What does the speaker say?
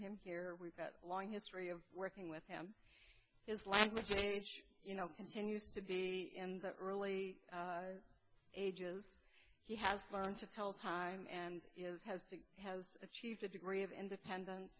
him here we've got a long history of working with him his language you know continues to be in the early ages he has learned to tell time and is has to has achieved a degree of independen